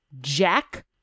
Jack